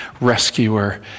rescuer